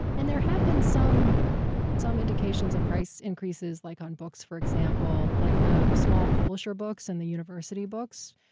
and there have been some some indications of price increases, like on books, for example, like the small publisher books and the university books.